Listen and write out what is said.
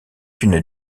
une